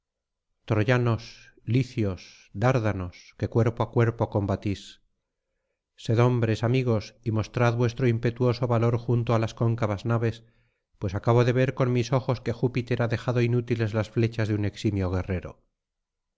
troyanos licios dárdanos que cuerpo á cuerpo combatís sed hombres amigos y mostrad vuestro impetuoso valor junto á las cóncavas naves pues acabo de ver con mis ojos que júpiter ha dejado inútiles las flechas de un eximio guerrero